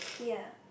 ya